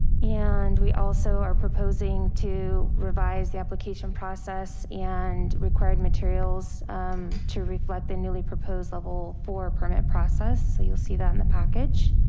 and we also are proposing to revise the application process and required materials to reflect the newly proposed level four permit process. so you'll see that in the package.